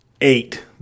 eight